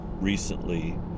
recently